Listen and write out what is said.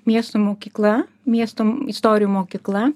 miesto mokykla miesto istorijų mokykla